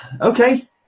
Okay